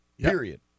period